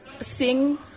sing